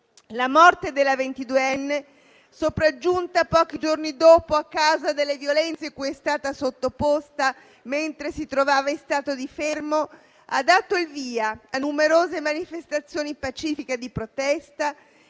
La morte della ventiduenne, sopraggiunta pochi giorni dopo, a causa delle violenze cui è stata sottoposta mentre si trovava in stato di fermo, ha dato il via a numerose manifestazioni pacifiche di protesta,